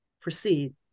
proceed